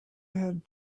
had